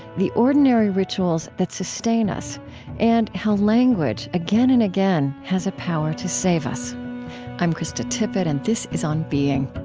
the ordinary rituals that sustain us and how language, again and again, has a power to save us i'm krista tippett, and this is on being